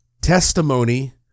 testimony